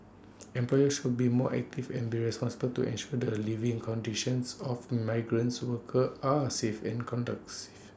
employers should be more active and be responsible to ensure the A living conditions of migrants workers are safe and conducts